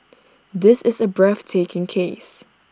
this is A breathtaking case